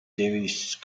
jewish